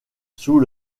sous